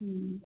ꯎꯝ